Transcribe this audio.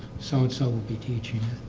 so and so will be teaching.